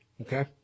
Okay